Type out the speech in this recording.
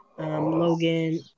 Logan